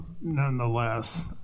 nonetheless